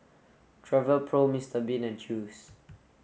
Travelpro Mister Bean and Chew's